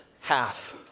half